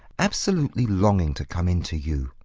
absolutely longing to come in to you.